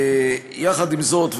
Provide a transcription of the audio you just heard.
יחד עם זאת,